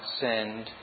send